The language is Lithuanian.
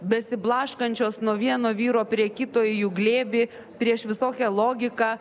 besiblaškančios nuo vieno vyro prie kito į jų glėbį prieš visokią logiką